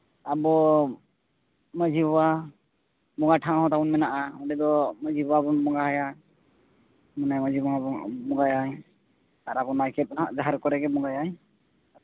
ᱟᱵᱚ ᱢᱟᱹᱡᱷᱤ ᱵᱟᱵᱟ ᱱᱚᱣᱟ ᱴᱷᱟᱶ ᱛᱟᱵᱚᱱ ᱢᱮᱱᱟᱜᱼᱟ ᱚᱸᱰᱮ ᱫᱚ ᱢᱟᱹᱡᱷᱤ ᱵᱟᱵᱟ ᱵᱚᱱ ᱵᱚᱸᱜᱟ ᱟᱭᱟ ᱢᱟᱱᱮ ᱡᱷᱟᱹᱡᱷᱤ ᱵᱟᱵᱟ ᱵᱚᱱ ᱵᱚᱸᱜᱟ ᱟᱭᱟ ᱟᱵᱚ ᱱᱟᱭᱠᱮ ᱫᱚ ᱦᱟᱸᱜ ᱡᱟᱦᱮᱨ ᱠᱚᱨᱮ ᱜᱮ ᱵᱚᱸᱜᱟᱭᱟᱭ